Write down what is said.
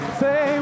say